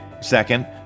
Second